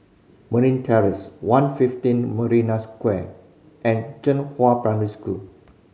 Marine Terrace One fifteen Marina Square and Zhenghua Primary School